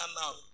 now